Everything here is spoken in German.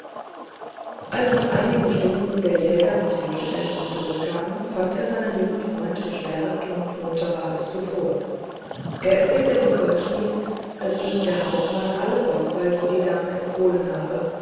als nach einigen stunden der jäger mit dem studenten zurückkam fand er seinen jungen freund gestärkter und munterer als zuvor er erzählte dem goldschmidt daß ihm der hauptmann alle sorgfalt für die dame empfohlen habe